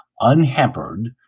unhampered